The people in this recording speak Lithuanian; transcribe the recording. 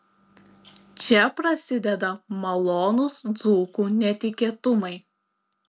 čia prasideda malonūs dzūkų netikėtumai